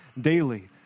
daily